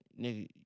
nigga